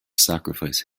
sacrifice